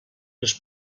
les